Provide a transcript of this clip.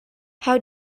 how